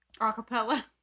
Acapella